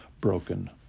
broken